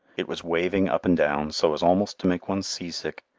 it was waving up and down so as almost to make one seasick,